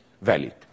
valid